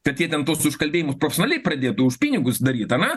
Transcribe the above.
kad jie ten tuos užkalbėjimus profesionaliai pradėtų už pinigus daryt ar ne